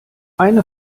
eine